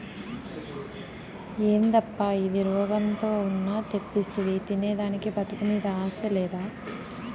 యేదప్పా ఇది, రోగంతో ఉన్న తెప్పిస్తివి తినేదానికి బతుకు మీద ఆశ లేదా